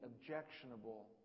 objectionable